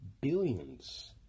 billions